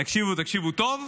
תקשיבו ותקשיבו טוב.